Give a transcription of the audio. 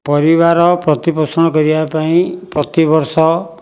ପରିବାର ପ୍ରତିପୋଷଣ କରିବା ପାଇଁ ପ୍ରତିବର୍ଷ